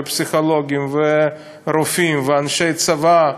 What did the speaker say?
פסיכולוגים, רופאים ואנשי צבא,